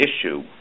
issue